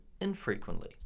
infrequently